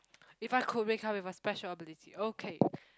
if I could wake up with a special ability okay